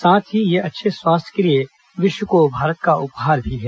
साथ ही यह अच्छे स्वास्थ्य के लिए विश्व को उपहार भी है